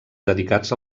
dedicats